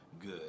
good